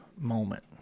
moment